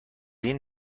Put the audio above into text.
این